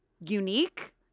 unique